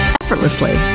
effortlessly